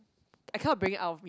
I cannot bring out me